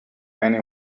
anyone